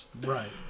Right